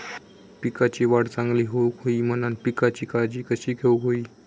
पिकाची वाढ चांगली होऊक होई म्हणान पिकाची काळजी कशी घेऊक होई?